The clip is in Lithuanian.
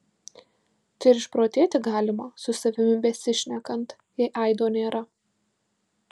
tai ir išprotėti galima su savimi besišnekant jei aido nėra